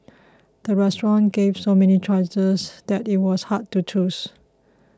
the restaurant gave so many choices that it was hard to choose